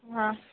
ಹಾಂ